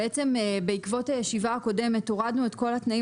בעקבות הישיבה הקודמת הורדנו את כל התנאים